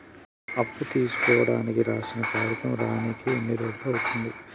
అప్పు తీసుకోనికి రాసిన కాగితం రానీకి ఎన్ని రోజులు అవుతది?